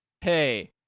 hey